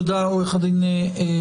תודה, עו"ד שביט.